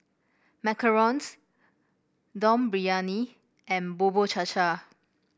macarons Dum Briyani and Bubur Cha Cha